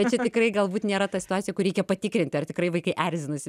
tai čia tikrai galbūt nėra ta situacija kur reikia patikrinti ar tikrai vaikai erzinasi